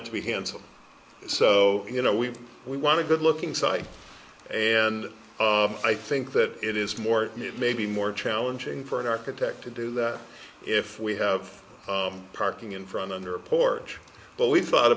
handsome so you know we we want a good looking site and i think that it is more maybe more challenging for an architect to do that if we have parking in front under a porch but we thought